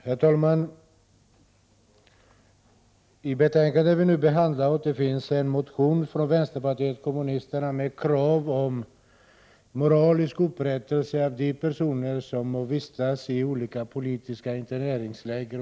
Herr talman! I det betänkande vi nu har att behandla återfinns en motion från vänsterpartiet kommunisterna med krav på moralisk upprättelse för de personer som under andra världskriget vistats i olika politiska interneringsläger.